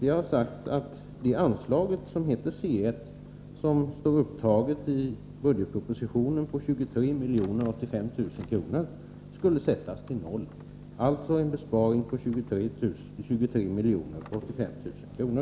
Vi har sagt att anslaget C 1 i budgetpropositionen på 23 085 000 kr. skulle försvinna. Det skulle alltså bli en besparing på 23 085 000 kr.